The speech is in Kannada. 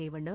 ರೇವಣ್ಣ